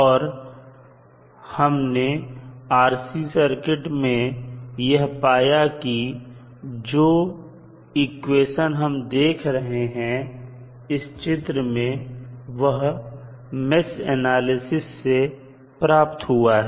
और हमने RC circuit में यह पाया कि जो इक्वेशन हम देख रहे हैं इस चित्र में वह मैष एनालिसिस से प्राप्त हुए हैं